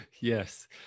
yes